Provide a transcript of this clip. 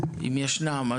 אם ישנן.